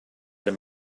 him